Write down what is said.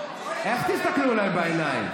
אז איך תסתכלו להם בעיניים?